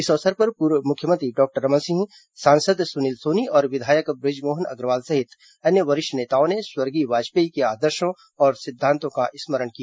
इस अवसर पर पूर्व मुख्यमंत्री डॉक्टर रमन सिंह सांसद सुनील सोनी और विधायक ब्रजमोहन अग्रवाल सहित अन्य वरिष्ठ नेताओं ने स्वर्गीय वाजपेयी के आदर्शों और सिद्धांतों का स्मरण किया